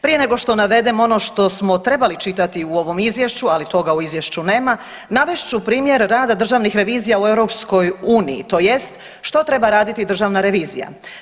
Prije nego što navedem ono što smo trebali čitati u ovom izvješću ali toga u izvješću nema, navest ću primjer rada državnih revizija u EU-u, tj. što treba raditi Državna revizija.